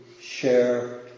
share